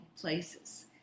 places